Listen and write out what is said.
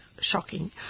shocking